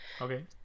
Okay